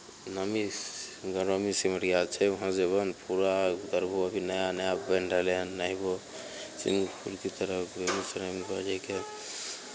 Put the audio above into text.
नामी स् गिरामी सिमरिया छै वहाँ जयबहो ने पूरा उतरबहो अभी नया नया बनि रहलै हन नहेबहो स्विमिंग पुलके तरह बेगूसरायमे गङ्गा जीके